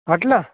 आठला